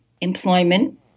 employment